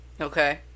Okay